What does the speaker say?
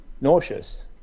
nauseous